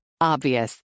Obvious